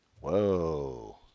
Whoa